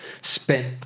spent –